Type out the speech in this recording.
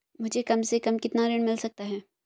मुझे कम से कम कितना ऋण मिल सकता है?